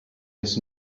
has